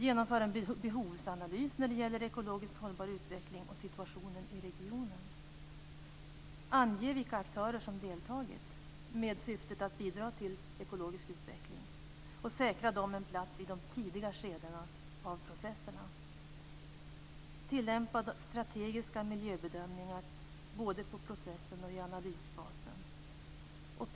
Genomför en behovsanalys när det gäller ekologiskt hållbar utveckling och situationen i regionen. Ange vilka aktörer som deltagit med syfte att bidra till ekologisk utveckling. Säkra dem en plats i de tidiga skedena av processerna. Tillämpa strategiska miljöbedömningar både på processen och i analysfasen.